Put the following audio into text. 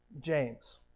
James